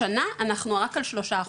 השנה אנחנו רק על שלושה אחוז,